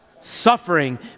Suffering